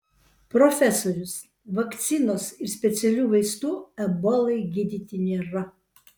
profesorius vakcinos ir specialių vaistų ebolai gydyti nėra